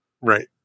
Right